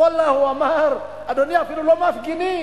ואללה, הוא אמר: אדוני, אפילו לא מפגינים.